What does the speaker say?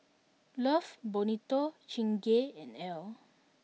love Bonito Chingay and Elle